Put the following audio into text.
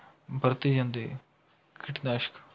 ਵਰਤੇ ਜਾਂਦੇ ਕੀਟਨਾਸ਼ਕ